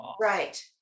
Right